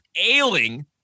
ailing